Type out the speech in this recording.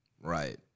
Right